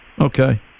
Okay